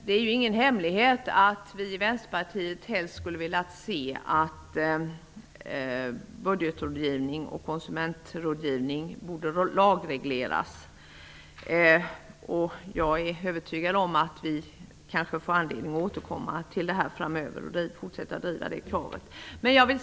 Det är ingen hemlighet att vi i Vänsterpartiet helst hade velat se att budgetrådgivning och konsumentvägledning borde lagregleras. Jag är övertygad om att vi får anledning att återkomma till den frågan framöver och fortsätta att driva det kravet.